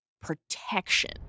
protection